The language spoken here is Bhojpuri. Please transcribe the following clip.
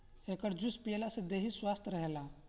एकर जूस पियला से देहि स्वस्थ्य रहेला